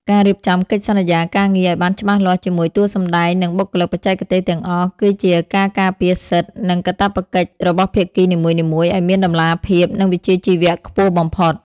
ការរៀបចំកិច្ចសន្យាការងារឱ្យបានច្បាស់លាស់ជាមួយតួសម្ដែង និងបុគ្គលិកបច្ចេកទេសទាំងអស់ គឺជាការការពារសិទ្ធិ និងកាតព្វកិច្ចរបស់ភាគីនីមួយៗឱ្យមានតម្លាភាព និងវិជ្ជាជីវៈខ្ពស់បំផុត។